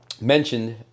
mentioned